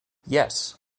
yes